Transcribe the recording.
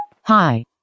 Hi